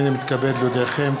הנני מתכבד להודיעכם,